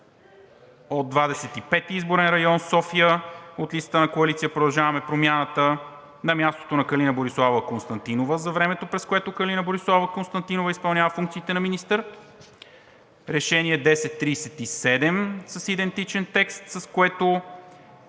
и пети изборен район – София, от листата на Коалиция „Продължаваме Промяната“, на мястото на Калина Бориславова Константинова за времето, през което Калина Бориславова Константинова изпълнява функциите на министър; Решение № 1037-НС, с идентичен текст, с което